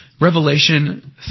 Revelation